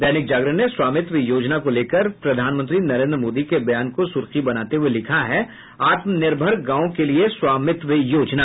दैनिक जागरण ने स्वामित्व योजना को लेकर प्रधानमंत्री नरेन्द्र मोदी के बयान को सुर्खी बनाते हुये लिखा है आत्म निर्भर गांव के लिए स्वामित्व योजना